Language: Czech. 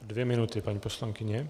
Dvě minuty, paní poslankyně.